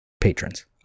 Patrons